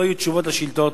לא יהיו תשובות לשאילתות.